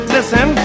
Listen